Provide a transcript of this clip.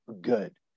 good